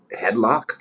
headlock